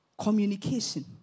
Communication